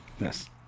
Yes